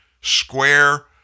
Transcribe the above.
square